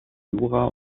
jura